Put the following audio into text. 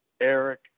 Eric